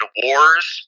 wars